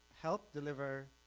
helped deliver